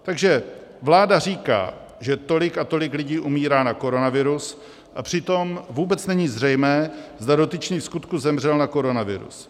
Takže vláda říká, že tolik a tolik lidí umírá na koronavirus, a přitom vůbec není zřejmé, zda dotyčný vskutku zemřel na koronavirus.